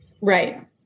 Right